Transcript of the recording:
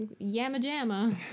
Yamajama